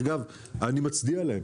אני מצדיע להן.